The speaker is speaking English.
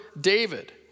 David